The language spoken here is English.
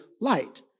light